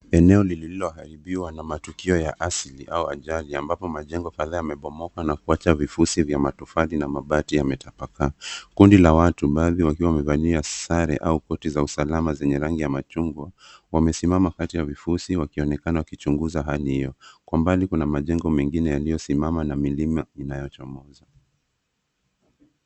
Eneo lililoharibiwa na matukio ya asili au ajali, ambapo majengo kadhaa yamebomoka na kuacha vifusi vya matofali na mabati yametapaka. Kundi la watu baadhi wakiwa wamevaa sare au koti za usalama zenye rangi ya machungwa, wamesimama kati ya vifusi wakionekana wakichunguza hali hiyo. Kwa mbali kuna majengo mengine yaliyosimama na milima inayochomoza.